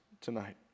tonight